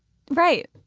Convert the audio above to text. right.